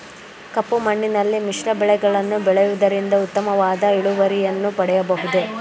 ಕಪ್ಪು ಮಣ್ಣಿನಲ್ಲಿ ಮಿಶ್ರ ಬೆಳೆಗಳನ್ನು ಬೆಳೆಯುವುದರಿಂದ ಉತ್ತಮವಾದ ಇಳುವರಿಯನ್ನು ಪಡೆಯಬಹುದೇ?